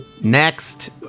Next